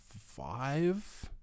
five